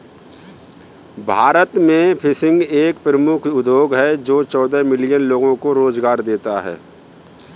भारत में फिशिंग एक प्रमुख उद्योग है जो चौदह मिलियन लोगों को रोजगार देता है